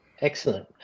Excellent